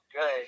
good